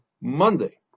Monday